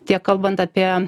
tiek kalbant apie